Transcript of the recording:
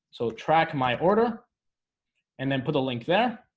so track my order and then put a link there